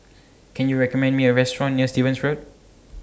Can YOU recommend Me A Restaurant near Stevens Road